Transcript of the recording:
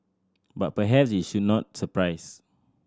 but perhaps it should not surprise